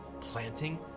planting